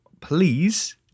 please